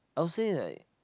I would say like